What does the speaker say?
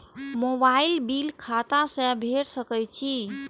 Mobile bill खाता से भेड़ सके छि?